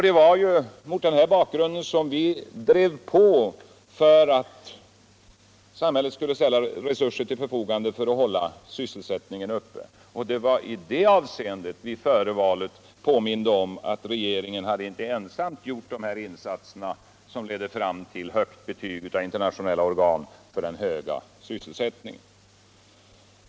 Det var mot den bakgrunden som vi drev på för att samhället skulle ställa resurser ull förfogande för att hålla sysselsättningen uppe. Det var i det avseendet vi före valet påminde om alt regeringen inte ensam hade gjort de insatser som ledde ull ett högt betyg uv internationella organ för den höga sysselsättningen.